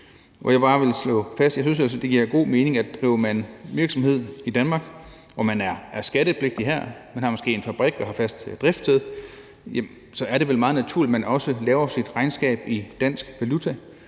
synes, at det giver god mening, at driver man virksomhed i Danmark, og er man skattepligtig her – man har måske en fabrik, der har fast driftssted – så er det vel meget naturligt, at man også laver sit regnskab i dansk valuta.